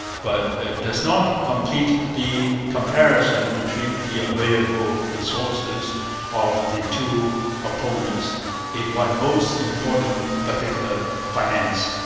but it does not complete the comparison between the available resources of the two opponents in one most important particular finance.